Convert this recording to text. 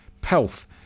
pelf